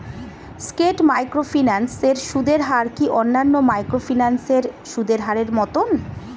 স্কেট microfinance এর সুদের হার কি অন্যান্য মাইক্রোফিন্যান্স এর সুদের হারের মতন?